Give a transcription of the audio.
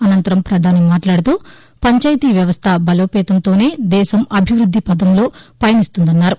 అనంతరం పధాని మాట్లాడుతూ పంచాయతీ వ్యవస్థ బలోపేతంతోనే దేశం అభివృద్ది పథంలో పయనిస్తుందన్నారు